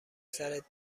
سرت